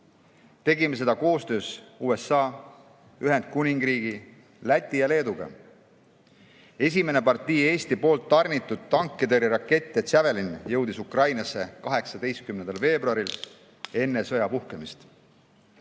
Tegime seda koostöös USA, Ühendkuningriigi, Läti ja Leeduga. Esimene partii Eesti poolt tarnitud tankitõrjerakette Javelin jõudis Ukrainasse 18. veebruaril, enne sõja puhkemist.